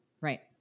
Right